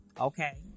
Okay